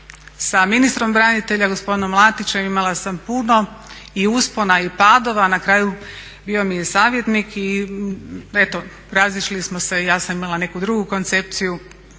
Sa ministrom branitelja gospodinom Matićem imala sam puno i uspona i padova, na kraju bio mi je savjetnik i eto razišli smo se i ja sam imala neku drugu koncepciju,